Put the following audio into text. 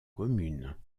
communes